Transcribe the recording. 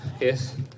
Yes